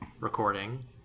recording